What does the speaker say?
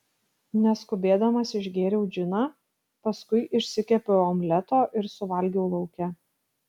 neskubėdamas išgėriau džiną paskui išsikepiau omleto ir suvalgiau lauke